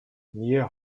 near